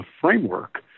framework